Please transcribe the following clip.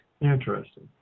Interesting